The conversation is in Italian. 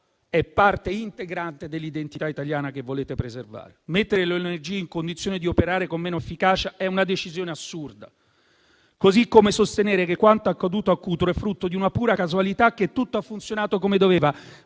è parte integrante dell'identità italiana che volete preservare. Mettere le ONG in condizione di operare con meno efficacia è una decisione assurda, così come sostenere che quanto accaduto a Cutro è frutto di una pura casualità e che tutta ha funzionato come doveva.